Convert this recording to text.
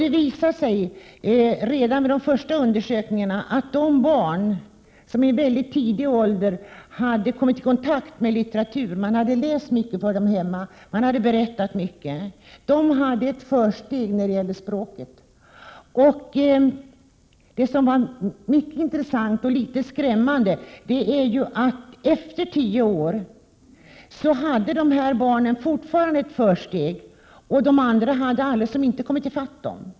Det visade sig redan vid de första undersökningarna att de barn som i mycket tidig ålder hade kommit i kontakt med litteratur, genom att man hade läst mycket för dem eller berättat mycket, hade ett försprång när det gäller språket. Det var mycket intressant och litet skrämmande att se att dessa barn efter tio år fortfarande hade ett försprång. De andra barnen hade inte kommit i fatt dem.